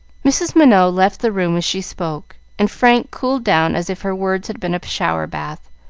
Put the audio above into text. mrs. minot left the room as she spoke, and frank cooled down as if her words had been a shower-bath,